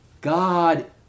God